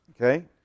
okay